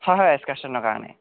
হয় হয় এচকাৰ্চনৰ কাৰণে